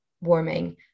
warming